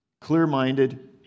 clear-minded